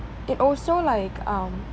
it also like um